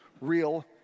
real